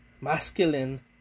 Masculine